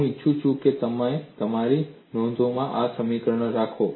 હું ઈચ્છું છું કે તમે તમારી નોંધોમાં આ સમીકરણો રાખો